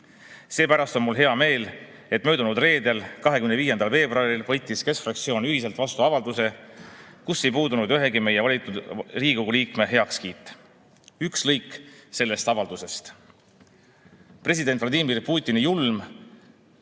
Seepärast on mul hea meel, et möödunud reedel, 25. veebruaril võttis keskfraktsioon ühiselt vastu avalduse, kus ei puudunud ühegi meie valitud Riigikogu liikme heakskiit. Üks lõik sellest avaldusest: "President Vladimir Putini julm